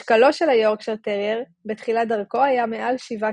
משקלו של היורקשייר טרייר בתחילת דרכו היה מעל 7 ק"ג,